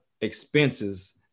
expenses